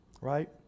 right